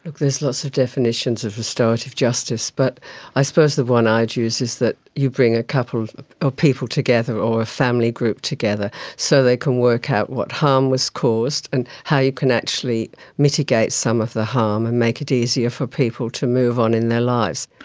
there's lots of definitions of restorative justice but i suppose the one i choose is that you bring a couple of of people together or a family group together so they can work out what harm was caused and how you can actually mitigate some of the harm and make it easier for people to move on in their lives.